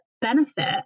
benefit